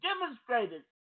demonstrated